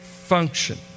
function